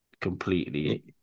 completely